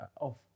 off